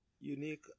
unique